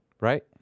Right